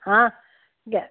हा